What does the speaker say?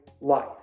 life